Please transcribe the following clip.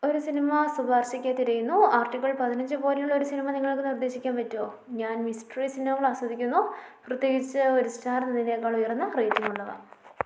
ഒരു സിനിമ ശുപാർശക്കായി തിരയുന്നു ആർട്ടിക്കിൾ പതിനഞ്ച് പോലെയുള്ളൊരു സിനിമ നിങ്ങൾക്കു നിർദ്ദേശിക്കാന് പറ്റുമോ ഞാൻ മിസ്ട്രി സിനിമ ആസ്വദിക്കുന്നു പ്രത്യേകിച്ച് ഒരു സ്റ്റാർ എന്നതിനേക്കാൾ ഉയർന്ന റേറ്റിംഗ് ഉള്ളവ